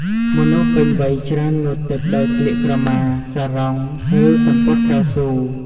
មនុស្សពេញវ័យច្រើនងូតទឹកដោយស្លៀកក្រមា សារ៉ុង ឬ សំពត់កៅស៊ូ។